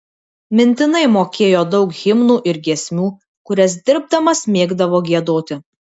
mintinai mokėjo daug himnų ir giesmių kurias dirbdamas mėgdavo giedoti